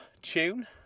tune